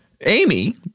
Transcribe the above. Amy